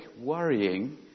worrying